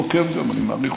בסדר, אתה יכול להעיר,